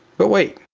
but wait,